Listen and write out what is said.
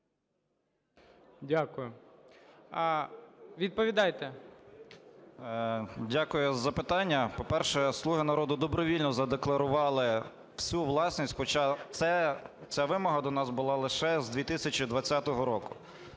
М.Б. Дякую за запитання. По-перше, "Слуга народу" добровільно задекларували всю власність, хоча це вимога до нас була лише з 2020 року.